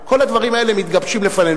כל הדברים האלה מתגבשים לפנינו.